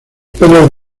pelos